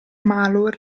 malur